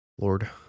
Lord